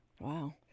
Wow